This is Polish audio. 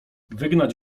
wygnać